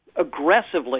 aggressively